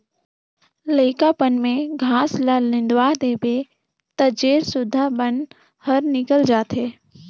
लइकापन में घास ल निंदवा देबे त जेर सुद्धा बन हर निकेल जाथे